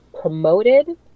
promoted